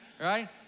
Right